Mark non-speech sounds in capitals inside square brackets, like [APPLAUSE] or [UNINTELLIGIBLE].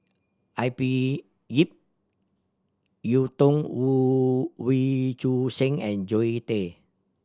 I P Ip Yiu Tung [UNINTELLIGIBLE] Wee Choon Seng and Zoe Tay